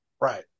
Right